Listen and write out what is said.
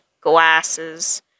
glasses